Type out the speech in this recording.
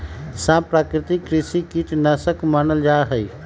सांप प्राकृतिक कृषि कीट नाशक मानल जा हई